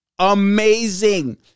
amazing